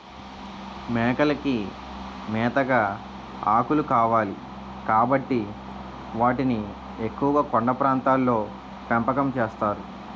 మేకలకి మేతగా ఆకులు కావాలి కాబట్టి వాటిని ఎక్కువుగా కొండ ప్రాంతాల్లో పెంపకం చేస్తారు